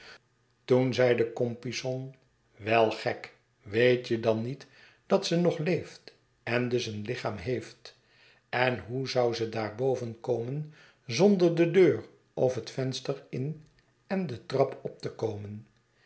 toen zeide compeyson wel gek weetje dan niet dat ze nog leeft en dus een lichaam heeft en hoe zou ze daar boven komen zonder de deur of het venster in en de trap op te komen